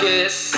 Kiss